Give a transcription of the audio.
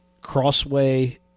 crossway